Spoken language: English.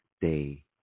Day